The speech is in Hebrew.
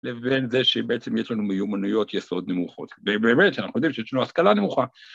‫לבין זה שבעצם יש לנו ‫מיומנויות יסוד נמוכות. ‫ובאמת, אנחנו יודעים, ‫שיש לנו השכלה נמוכה.